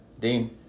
Dean